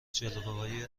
جلیقههای